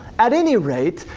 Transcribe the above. at any rate,